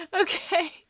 Okay